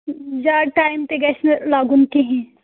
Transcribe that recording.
زیادٕ ٹایم تہِ گژھِ نہٕ لَگُن کِہیٖنۍ